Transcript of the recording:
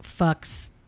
fucks